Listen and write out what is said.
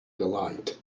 delight